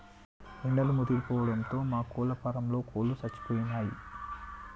ఎండలు ముదిరిపోవడంతో మా కోళ్ళ ఫారంలో కోళ్ళు సచ్చిపోయినయ్